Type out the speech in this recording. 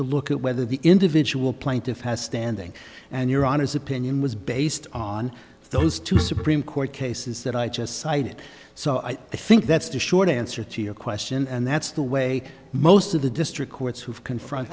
to look at whether the individual plaintiff has standing and your honour's opinion was based on those two supreme court cases that i just cited so i think that's the short answer to your question and that's the way most of the district courts who've confront